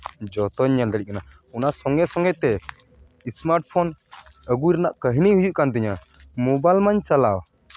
ᱡᱚᱛᱚᱧ ᱧᱮᱞ ᱫᱟᱲᱮᱜ ᱠᱟᱱᱟ ᱚᱱᱟ ᱥᱚᱸᱜᱮ ᱥᱚᱸᱜᱮ ᱛᱮ ᱥᱢᱟᱨᱴ ᱯᱷᱳᱱ ᱟᱹᱜᱩᱭ ᱨᱮᱱᱟᱜ ᱠᱟᱹᱦᱱᱤ ᱦᱩᱭᱩᱜ ᱠᱟᱱ ᱛᱤᱧᱟᱹ ᱢᱳᱵᱟᱭᱤᱞ ᱢᱟᱧ ᱪᱟᱞᱟᱣ